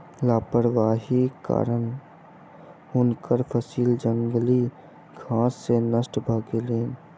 लापरवाहीक कारणेँ हुनकर फसिल जंगली घास सॅ नष्ट भ गेलैन